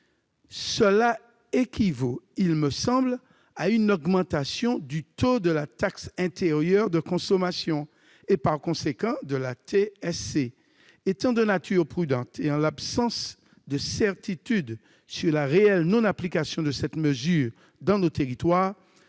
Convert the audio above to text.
Cela équivaut, me semble-t-il, à une augmentation du taux de la taxe intérieure de consommation et, par conséquent, de la TSC. Étant de nature prudente et en l'absence de certitudes sur la réelle non-application de cette mesure dans nos territoires,